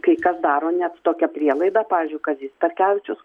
kai kas daro net tokią prielaidą pavyzdžiui kazys starkevičius